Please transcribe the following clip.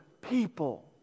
people